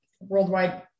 worldwide